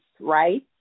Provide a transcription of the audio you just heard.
right